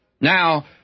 Now